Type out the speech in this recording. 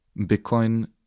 Bitcoin